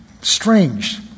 strange